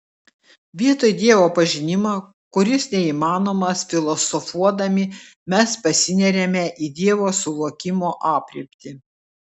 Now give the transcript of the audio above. vietoj dievo pažinimo kuris neįmanomas filosofuodami mes pasineriame į dievo suvokimo aprėptį